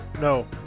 no